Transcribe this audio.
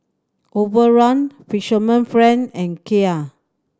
Overrun Fisherman friend and Kia